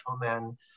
men